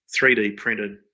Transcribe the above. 3D-printed